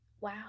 wow